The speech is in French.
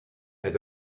elle